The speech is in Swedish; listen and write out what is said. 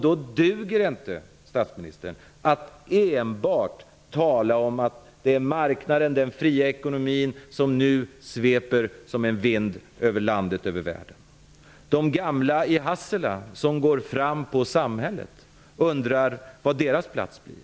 Då duger det inte, statsministern, att enbart tala om att det är marknaden och den fria ekonomin som nu sveper som en vind över landet och över världen. De gamla i Hassela, som ''går fram på'' samhället undrar var deras plats blir.